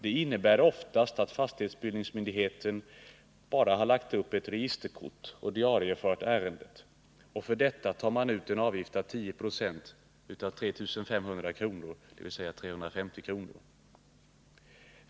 Det innebär oftast att fastighetsbildningsmyndigheten bara har lagt upp ett registerkort och diariefört ärendet. För detta tar man ut en avgift på 10 20 av 3500 kr., dvs. 350 kr.